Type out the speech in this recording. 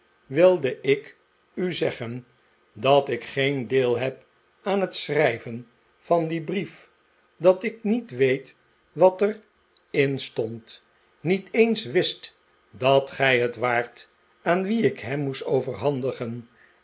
wilde ik u zeggen dat ik geen deel heb aan het schrijven van dien brief dat ik niet weet wat er in stond niet eens wist dat gij het waart aan wien ik hem moest overhandigen